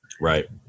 Right